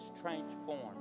transformed